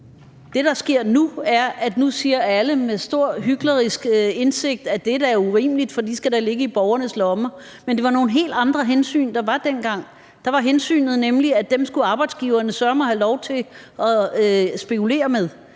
Det, der sker nu, er, at alle nu siger med stor hyklerisk indsigt, at det er urimeligt, for de skal da ligge i borgernes lommer. Men det var nogle helt andre hensyn, der var dengang. Der var hensynet nemlig, at dem skulle arbejdsgiverne søreme have lov til at spekulere med